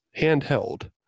handheld